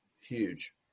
huge